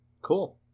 cool